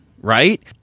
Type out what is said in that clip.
right